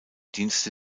dienste